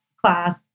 class